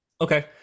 Okay